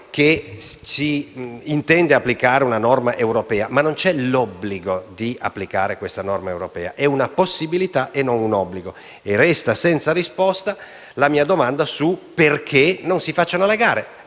che si intende applicare una norma europea, ma non c'è l'obbligo di applicarla: è una possibilità e non un obbligo. Resta senza risposta la mia domanda sul perché non si facciano le gare.